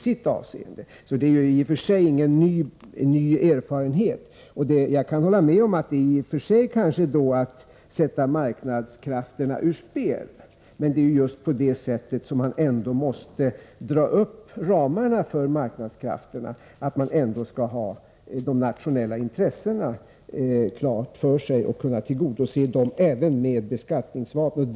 Detta är inte någon ny erfarenhet. Jag kan i och för sig hålla med om att detta innebär att sätta marknadskrafterna ur spel, men det är just på det sättet som vi måste dra upp ramarna för marknadskrafterna. De nationella intressena skall kunna tillgodoses även med hjälp av beskattningsvapnet.